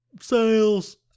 sales